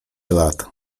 lat